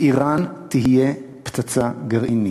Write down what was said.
לאיראן תהיה פצצה גרעינית.